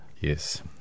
yes